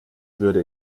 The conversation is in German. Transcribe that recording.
würde